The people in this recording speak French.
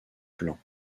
plans